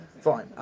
Fine